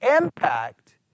impact